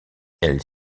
elle